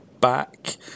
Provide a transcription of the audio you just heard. back